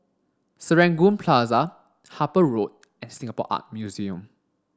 Serangoon Plaza Harper Road and Singapore Art Museum